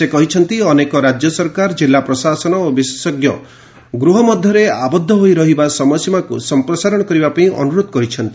ସେ କହିଛନ୍ତି ଅନେକ ରାଜ୍ୟ ସରକାର ଜିଲ୍ଲା ପ୍ରଶାସନ ଓ ବିଶେଷଜ୍ଞ ଗୃହ ମଧ୍ୟରେ ଆବଦ୍ଧ ହୋଇ ରହିବା ସମୟସୀମାକୁ ସମ୍ପ୍ରସାରଣ କରିବା ପାଇଁ ଅନୁରୋଧ କରିଛନ୍ତି